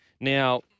Now